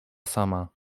sama